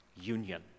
union